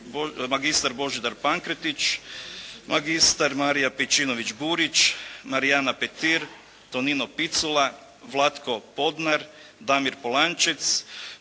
magistar Božidar Pankretić, magistar Marija Pečinović Burić, Marijana Petir, Tonino Picula, Vlatko Podnar, Damir Polančer,